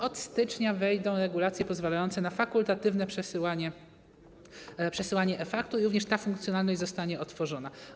Od stycznia wejdą regulacje pozwalające na fakultatywne przesyłanie faktur i również ta funkcjonalność zostanie otworzona.